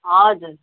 हजुर